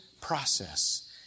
process